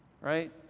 right